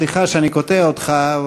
סליחה שאני קוטע אותך,